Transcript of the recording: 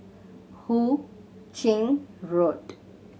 Hu Ching Road